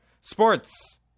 sports